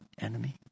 Enemy